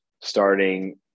starting